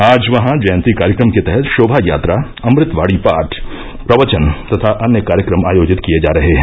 आज वहां जयंती कार्यक्रम के तहत शोभा यात्रा अमृतवाणी पाठ प्रवचन तथा अन्य कार्यक्रम आयोजित किये जा रहे है